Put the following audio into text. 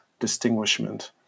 distinguishment